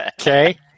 Okay